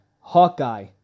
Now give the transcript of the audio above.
Hawkeye